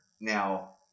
Now